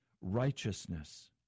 righteousness